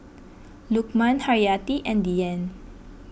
Lukman Haryati and Dian